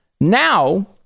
Now